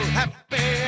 happy